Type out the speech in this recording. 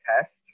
test